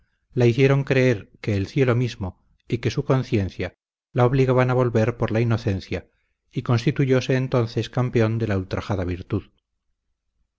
la hicieron creer que el cielo mismo y que su conciencia la obligaban a volver por la inocencia y constituyóse entonces campeón de la ultrajada virtud